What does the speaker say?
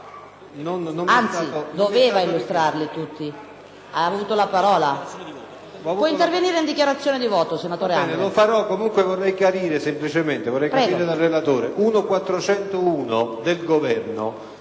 anzi doveva illustrarli tutti, visto che ha avuto la parola. Può intervenire in dichiarazione di voto, senatore Andria.